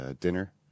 dinner